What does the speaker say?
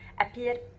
appear